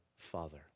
Father